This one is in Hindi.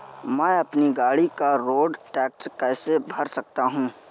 मैं अपनी गाड़ी का रोड टैक्स कैसे भर सकता हूँ?